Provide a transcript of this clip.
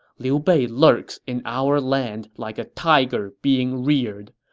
liu bei lurks in our land like a tiger being reared.